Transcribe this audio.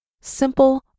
simple